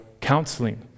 counseling